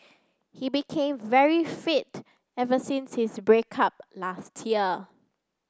he became very fit ever since his break up last year